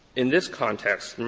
in this context,